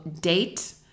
date